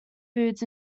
foods